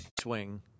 Swing